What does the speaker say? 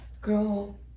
girl